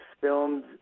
filmed